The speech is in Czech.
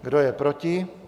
Kdo je proti?